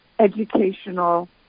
educational